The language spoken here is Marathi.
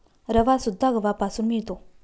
रवासुद्धा गव्हापासून मिळतो